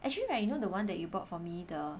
actually right you know the one that you bought for me the